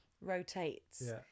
Rotates